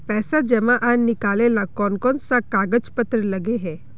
पैसा जमा आर निकाले ला कोन कोन सा कागज पत्र लगे है?